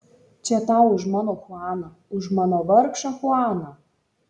čia tau už mano chuaną už mano vargšą chuaną